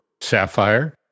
sapphire